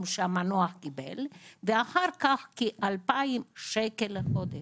שהמנוח קיבל ואחר כך כ-2,000 שקל לחודש.